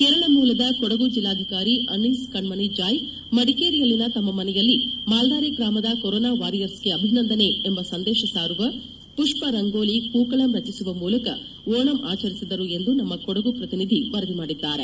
ಕೇರಳ ಮೂಲದ ಕೊಡಗು ಜಿಲ್ಲಾಧಿಕಾರಿ ಅನೀಸ್ ಕಣ್ಮಣಿ ಜಾಯ್ ಮಡಿಕೇರಿಯಲ್ಲಿನ ತಮ್ಮ ಮನೆಯಲ್ಲಿ ಮಾಲ್ದಾರೆ ಗ್ರಾಮದ ಕೊರೊನಾ ವಾರಿಯರ್ಸ್ಗೆ ಅಭಿನಂದನೆ ಎಂಬ ಸಂದೇಶ ಸಾರುವ ಪುಪ್ಪ ರಂಗೋಲಿ ಪೂಕಳಂ ರಚಿಸುವ ಮೂಲಕ ಓಣಂ ಆಚರಿಸಿದರು ಎಂದು ನಮ್ಮ ಕೊಡಗು ಪ್ರತಿನಿಧಿ ವರದಿ ಮಾಡಿದ್ದಾರೆ